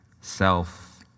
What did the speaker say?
self